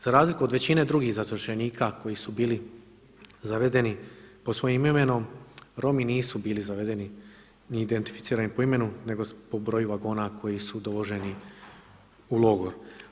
Za razliku od većine drugih zatočenika koji su bili zavedeni pod svojim imenom Romi nisu bili zavedeni ni identificirani po imenu nego po broju vagona koji su dovoženi u logor.